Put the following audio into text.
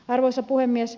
arvoisa puhemies